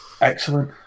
Excellent